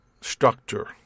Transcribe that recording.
structure